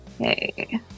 Okay